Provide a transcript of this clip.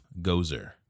Gozer